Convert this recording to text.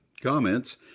comments